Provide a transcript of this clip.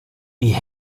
die